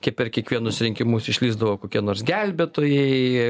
kiek per kiekvienus rinkimus išlįsdavo kokie nors gelbėtojai